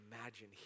imagine